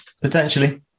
Potentially